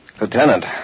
Lieutenant